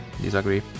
disagree